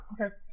Okay